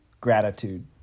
gratitude